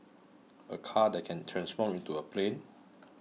a car that can transform into a plane